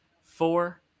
four